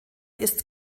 ist